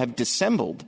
have dissembled